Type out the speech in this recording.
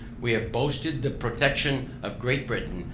we have boasted the protection of great britain,